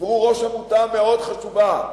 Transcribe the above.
והוא ראש עמותה מאוד חשובה,